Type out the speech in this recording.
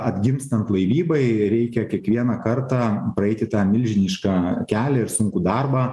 atgimstant laivybai reikia kiekvieną kartą praeiti tą milžinišką kelią ir sunkų darbą